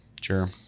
sure